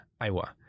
iowa